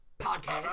Podcast